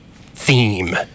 theme